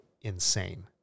insane